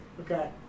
okay